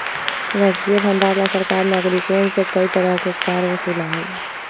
राजकीय भंडार ला सरकार नागरिकवन से कई तरह के कर वसूला हई